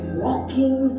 walking